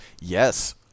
Yes